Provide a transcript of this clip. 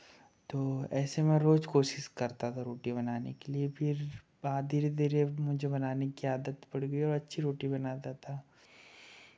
तो ऐसे मैं रोज कोशिश करता था रोटी बनाने के लिए फिर बाद धीरे धीरे मुझे बनाने की आदत पड़ गई और अच्छी रोटी बनाता था